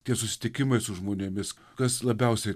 tie susitikimai su žmonėmis kas labiausiai